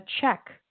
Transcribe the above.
check